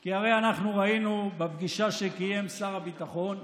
כי הרי אנחנו ראינו בפגישה שקיים שר הביטחון.